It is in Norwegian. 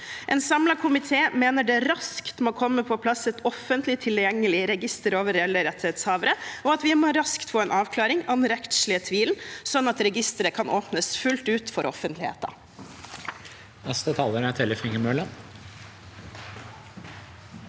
En samlet komité mener det raskt må komme på plass et offentlig tilgjengelig register over reelle rettighetshavere, og at vi raskt må få en avklaring av den rettslige tvilen, sånn at registeret kan åpnes fullt ut for offentligheten.